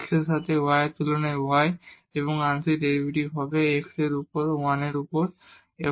x এর সাথে y এর তুলনায় y এর আংশিক ডেরিভেটিভ x এর উপর 1 এর উপর হবে